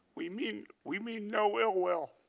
we mean we mean no ill will.